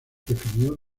definió